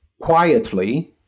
quietly